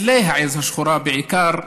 לעז השחורה ולמגדלי העז השחורה בעיקר,